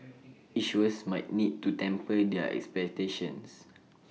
issuers might need to temper their expectations